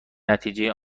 نتیجه